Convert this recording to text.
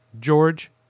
George